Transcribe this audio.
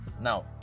Now